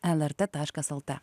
lrt taškas lt